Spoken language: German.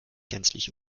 gänzlich